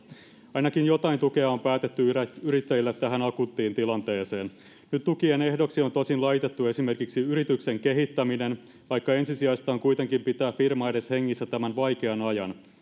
ainakin jotain tukea on päätetty antaa yrittäjille tähän akuuttiin tilanteeseen nyt tukien ehdoksi on tosin laitettu esimerkiksi yrityksen kehittäminen vaikka ensisijaista on kuitenkin pitää firma edes hengissä tämän vaikean ajan